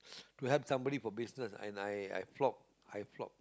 to help somebody for business and I I flop I flop